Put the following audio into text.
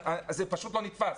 זה פשוט לא נתפס.